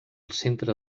centre